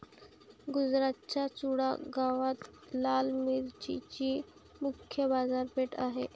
गुजरातच्या चुडा गावात लाल मिरचीची मुख्य बाजारपेठ आहे